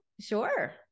Sure